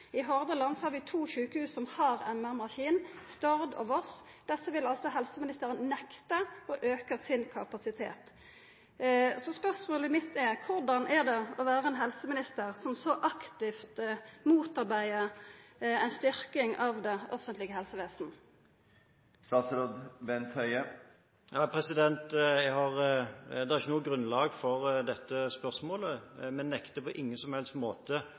I Hordaland har vi to sjukehus som har MR-maskin, Stord og Voss. Desse vil altså helseministeren nekta å auka sin kapasitet. Spørsmålet mitt er: Korleis er det å vera ein helseminister som så aktivt motarbeider ei styrking av det offentlege helsevesenet? Det er ikke noe grunnlag for dette spørsmålet. Vi nekter på ingen som helst måte